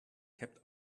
kept